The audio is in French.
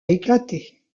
éclaté